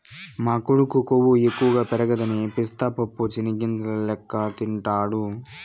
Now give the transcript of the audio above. మా కొడుకు కొవ్వు ఎక్కువ పెరగదని పిస్తా పప్పు చెనిగ్గింజల లెక్క తింటాండాడు